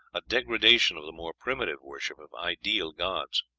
a degradation of the more primitive worship of ideal gods.